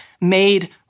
made